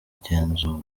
genzura